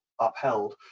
upheld